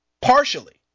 Partially